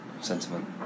sentiment